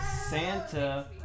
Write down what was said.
Santa